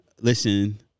listen